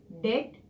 debt